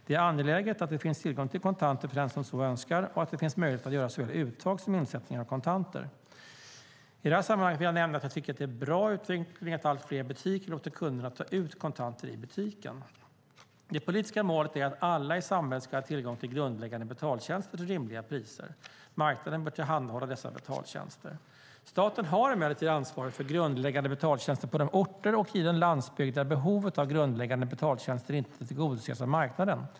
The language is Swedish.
Det är angeläget att det finns tillgång till kontanter för den som så önskar och att det finns möjligheter att göra såväl uttag som insättningar av kontanter. I det här sammanhanget vill jag nämna att jag tycker att det är en bra utveckling att allt fler butiker låter kunderna ta ut kontanter i butiken. Det politiska målet är att alla i samhället ska ha tillgång till grundläggande betaltjänster till rimliga priser. Marknaden bör tillhandahålla dessa betaltjänster. Staten har emellertid ansvaret för grundläggande betaltjänster på de orter och i den landsbygd där behovet av grundläggande betaltjänster inte tillgodoses av marknaden.